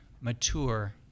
mature